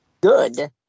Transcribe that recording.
Good